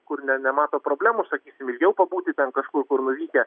kur ne nemato problemų sakykim ilgiau pabūti ten kažkur kur nuvykę